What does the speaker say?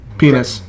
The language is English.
penis